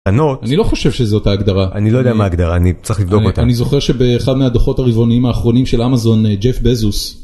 אני לא חושב שזאת ההגדרה אני לא יודע מה הגדרה אני צריך לבדוק אותה אני זוכר שבאחד מהדוחות הריבונים האחרונים של אמזון ג'ייף בזוס.